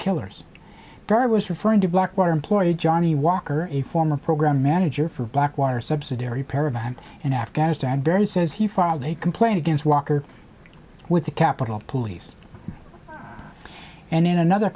killers perry was referring to blackwater employee johnny walker a former program manager for blackwater subsidiary paradigm in afghanistan barry says he filed a complaint against walker with the capitol police and then another